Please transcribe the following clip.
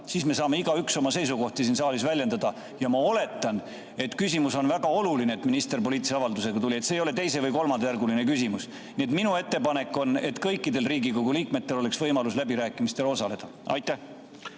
siis me saaksime igaüks oma seisukohti siin saalis väljendada. Ja ma oletan, et küsimus on väga oluline, kui minister poliitilise avaldusega tuleb, see ei ole teise- või kolmandajärguline küsimus. Nii et minu ettepanek on, et kõikidel Riigikogu liikmetel oleks võimalus läbirääkimistel osaleda. Aitäh,